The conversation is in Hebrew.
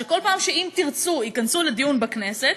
שכל פעם ש"אם תרצו" ייכנסו לדיון בכנסת,